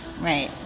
Right